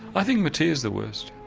i think mattea is the worst,